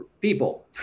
people